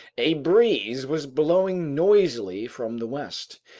a breeze was blowing noisily from the west,